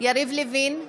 יריב לוין,